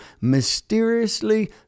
mysteriously